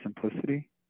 simplicity